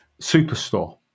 Superstore